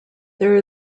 there